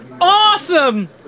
Awesome